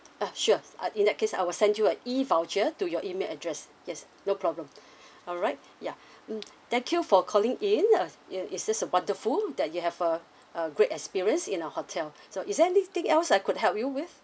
uh sure uh in that case I will send you a E voucher to your email address yes no problem alright ya mm thank you for calling in uh it is uh wonderful that you have a a great experience in our hotel so is there anything else I could help you with